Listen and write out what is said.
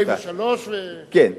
סעיף 43. כן.